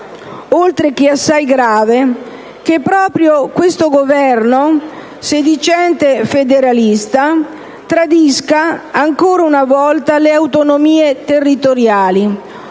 oltre che assai grave, che proprio questo Governo, sedicente federalista, tradisca ancora una volta le autonomie territoriali